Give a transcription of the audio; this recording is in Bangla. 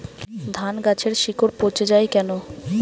ধানগাছের শিকড় পচে য়ায় কেন?